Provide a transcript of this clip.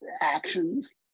actions